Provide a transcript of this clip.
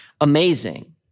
amazing